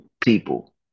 people